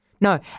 No